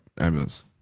ambulance